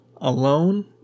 alone